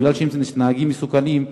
מכיוון שאלה נהגים מסוכנים,